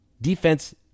defense